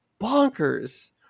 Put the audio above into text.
bonkers